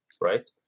right